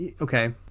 okay